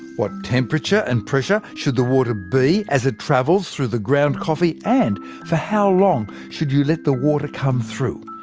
what temperature and pressure should the water be as it travels through the ground coffee, and for how long should you let the water come through?